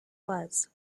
was